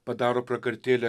padaro prakartėlę